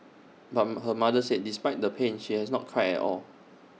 but her mother said despite the pain she has not cried at all